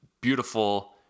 beautiful